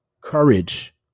courage